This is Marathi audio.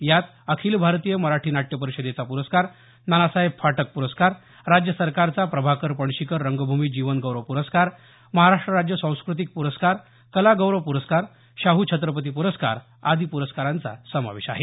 यात अखिल भारतीय मराठी नाट्य परिषदेचा पुरस्कार नानासाहेब फाटक प्रस्कार राज्य सरकारचा प्रभाकर पणशीकर रंगभूमी जीवनगौरव प्रस्कार महाराष्ट्र राज्य सांस्क्रतिक प्रस्कार कलागौरव पुरस्कार शाहू छत्रपती पुरस्कार आदी प्रस्कारांचा समावेश आहे